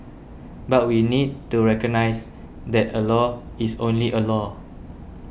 but we need to recognise that a law is only a law